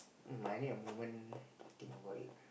might need a moment to think about it